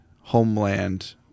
homeland